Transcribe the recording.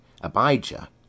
Abijah